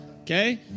Okay